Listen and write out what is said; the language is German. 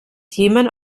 jemand